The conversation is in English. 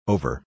Over